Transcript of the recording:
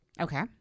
okay